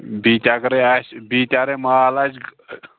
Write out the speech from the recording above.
بیٚیہِ تہِ اگرَے آسہِ بیٚیہِ تہِ اگرَے مال آسہِ